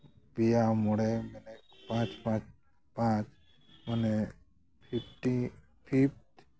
ᱯᱮᱭᱟ ᱢᱚᱬᱮ ᱢᱮᱱᱮᱫ ᱯᱟᱸᱪ ᱯᱟᱸᱪ ᱯᱟᱸᱪ ᱢᱟᱱᱮ ᱯᱷᱤᱯᱴᱤ ᱯᱷᱤᱯ